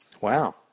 Wow